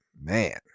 man